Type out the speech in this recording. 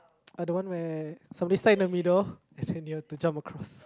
are the one where somebody stand in the middle and you have to jump across